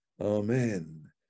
Amen